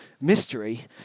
mystery